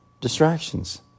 distractions